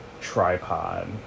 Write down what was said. tripod